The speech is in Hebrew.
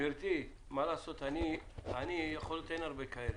גברתי, אין הרבה כאלה,